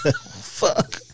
fuck